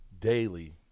daily